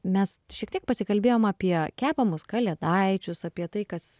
mes šiek tiek pasikalbėjom apie kepamus kalėdaičius apie tai kas